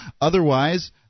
Otherwise